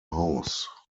haus